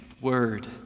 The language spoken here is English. word